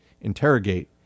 Interrogate